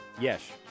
Yes